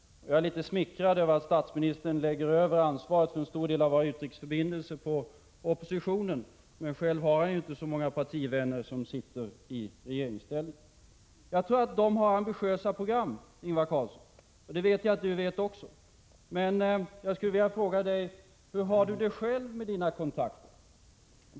Jag är litet smickrad över att statsministern lägger över ansvaret för en stor del av våra utrikesförbindelser på oppositionen, men själv har han ju inte så många partivänner som sitter i regeringsställning. Jag vet att regeringarna har ambitiösa program, och det vet jag att statsministern också vet. Men jag skulle vilja fråga: Hur har statsministern det själv med sina kontakter?